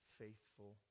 faithful